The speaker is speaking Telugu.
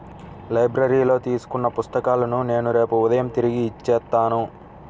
లైబ్రరీలో తీసుకున్న పుస్తకాలను నేను రేపు ఉదయం తిరిగి ఇచ్చేత్తాను